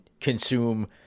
consume